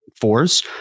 fours